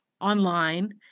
online